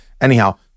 anyhow